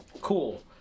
Cool